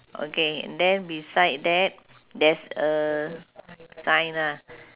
okay and then beside that there's a sign ah